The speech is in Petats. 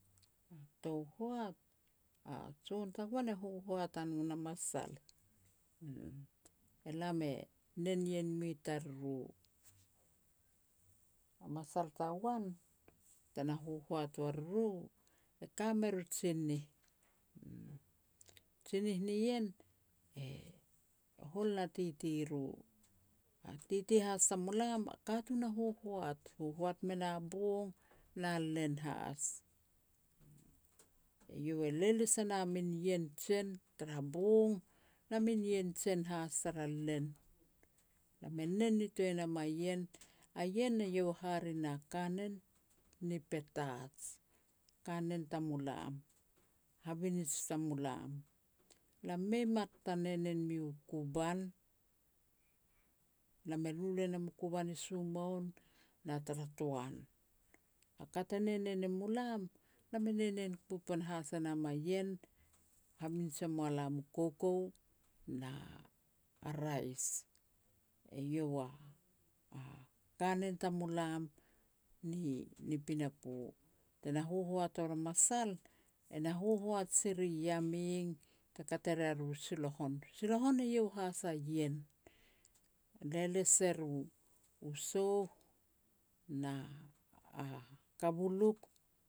Tou hoat, a jon tagoan e hohoat a no na masal, uum. Elam e nen ien mua i tariru. A masal tagoan tena hohoat ua riru, e ka mer u tsinih, uum, tsinih nien e hol na titi ru. A titi has tamulam, a katun has a hohoat, e hohoat me na bong na len has. Eiau e leles e na min ien jen tara bong, na min ien jen has tara len. Lam e nen nitoa e nam a ien, a ien eiau e hare na kanen ni Petats, kanen tamulam, habinij tamulam. Lam mei mat ta nen nen miu kuban, lam e lulu e nam kuban ni sumoun na tara toan. A ka te nen nen e mu lam, lam e nen nen ku panahas e nam a ien, habinij e mua lam u koukou na a rais, eiau a-a kanen tamulam ni-ni pinapo. Te ne hohoat uar a masal, e na hohoat si ri Yameng te kat e ria ru silohon. Silohon eiau has a ien, ne les er u souh na a kabuluk